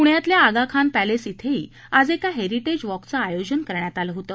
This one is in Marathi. पूण्यातल्या आगाखान पर्सिस श्रेही आज का हेरिटेज वॉकचं आयोजन करण्यात आलं होतं